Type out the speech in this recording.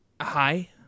Hi